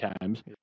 times